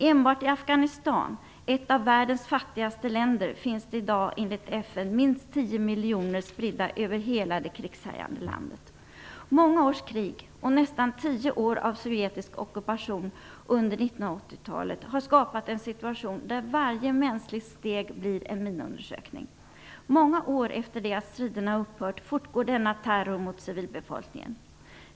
Enbart i Afghanistan, ett av världens fattigaste länder, finns det i dag enligt FN minst 10 miljoner minor spridda över hela det krigshärjade landet. Många års krig och nästan 10 år av sovjetisk ockupation under 1980-talet har skapat en situation där varje mänskligt steg blir en minundersökning. Många år efter det att striderna upphört fortgår denna terror mot civilbefolkningen.